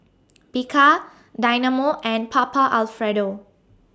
Bika Dynamo and Papa Alfredo